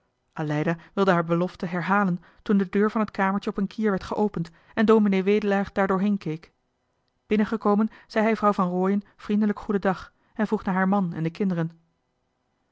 wilde haar belofte herhalen toen de deur van het kamertje op een kier werd geopend en ds wedelaar daar doorheen keek binnen gekomen zei hij vrouw van rooien vriendelijk goedendag en vroeg naar haar man en de kinderen